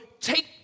take